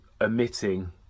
emitting